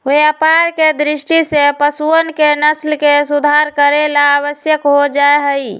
व्यापार के दृष्टि से पशुअन के नस्ल के सुधार करे ला आवश्यक हो जाहई